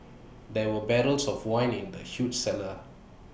there were barrels of wine in the huge cellar